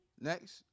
Next